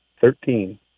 Thirteen